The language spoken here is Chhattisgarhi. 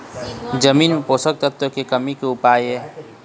जमीन म पोषकतत्व के कमी का उपाय हे?